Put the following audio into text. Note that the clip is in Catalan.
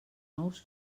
nous